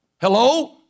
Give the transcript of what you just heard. Hello